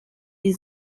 die